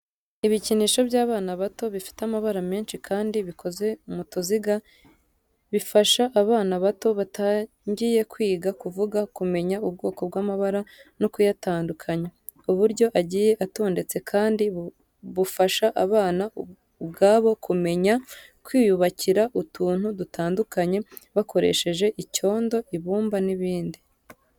Ibikinisho by’abana bato bifite amabara menshi kandi bikoze mu tuziga. Bifasha abana bato batangiye kwiga kuvuga, kumenya ubwoko bw'amabara no kuyatandukanya. Uburyo agiye atondetse kandi bufasha abana ubwabo kumenya kwiyubakira utuntu dutandukanye bakoresheje icyondo, ibumba n'ibindi.